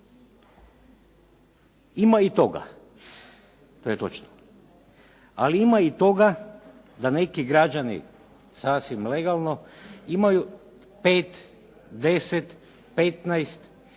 Ima i toga, to je točno. Ali ima i toga da neki građani sasvim legalno imaju pet, deset, petnaest